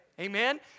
Amen